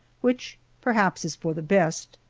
which perhaps is for the best.